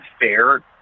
fair